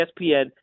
ESPN